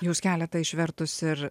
jūs keletą išvertus ir